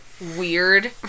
Weird